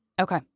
Okay